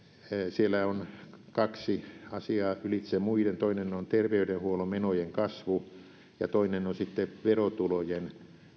siellä on kaksi asiaa ylitse muiden toinen on terveydenhuollon menojen kasvu ja toinen on sitten verotulojen